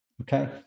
Okay